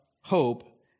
hope